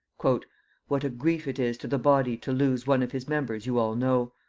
what a grief it is to the body to lose one of his members you all know.